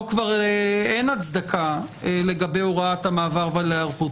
פה כבר אין הצדקה לגבי הוראת המעבר וההיערכות,